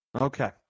Okay